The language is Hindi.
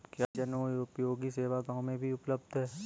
क्या जनोपयोगी सेवा गाँव में भी उपलब्ध है?